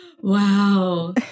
Wow